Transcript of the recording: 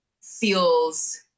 feels